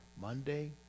Monday